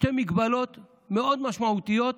שתי מגבלות מאוד משמעותיות,